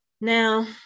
Now